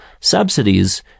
subsidies